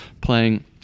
playing